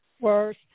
worse